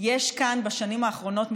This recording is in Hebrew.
יש כאן בשנים האחרונות,